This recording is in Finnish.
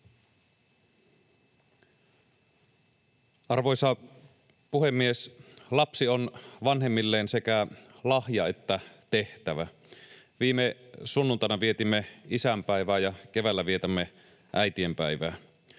Arvoisa puhemies! Lapsi on vanhemmilleen sekä lahja että tehtävä. Viime sunnuntaina vietimme isänpäivää ja keväällä vietämme äitienpäivää.